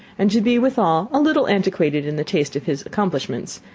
and to be withal a little antiquated in the taste of his accomplishments,